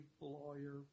lawyer